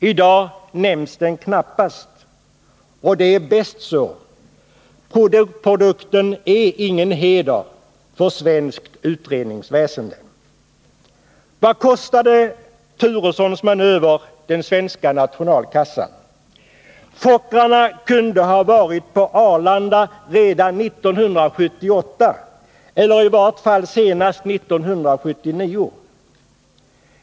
I dag nämns den knappast, och det är bäst så. Produkten är ingen heder för svenskt utredningsväsende. Vad kostade Bo Turessons manöver den svenska nationalkassan? Fokkerplanen kunde ha varit på Arlanda redan 1978 eller i varje fall senast 1979.